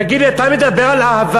תגיד לי, אתה מדבר על אהבה.